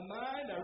mind